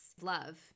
love